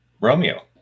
Romeo